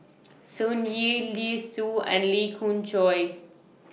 Sun Yee Li Su and Lee Khoon Choy